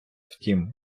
втім